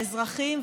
האזרחים,